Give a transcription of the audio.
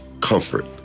comfort